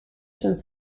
since